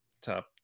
top